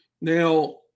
Now